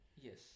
yes